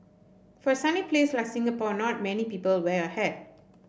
for a sunny place like Singapore not many people wear a hat